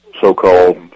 so-called